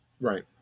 Right